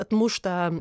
atmuš tą